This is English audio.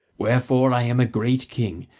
wherefore i am a great king,